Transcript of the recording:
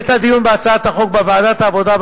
בעת הדיון בהצעת החוק בוועדת העבודה,